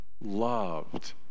loved